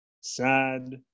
sad